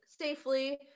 safely